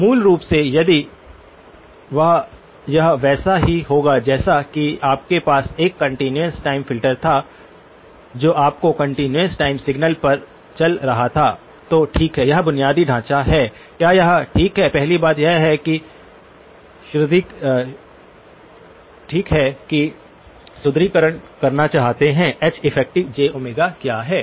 मूल रूप से यदि यह वैसा ही होगा जैसा कि आपके पास एक कंटीन्यूअस टाइम फ़िल्टर था जो आपके कंटीन्यूअस टाइम सिग्नल पर चल रहा था तो ठीक है यह बुनियादी ढांचा है क्या यह ठीक है पहली बात यह है कि सुदृढ़ीकरण करना चाहते हैं Heff क्या है